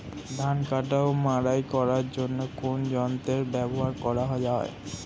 ধান কাটা ও মাড়াই করার জন্য কোন যন্ত্র ব্যবহার করা হয়?